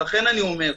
ולכן אני אומר: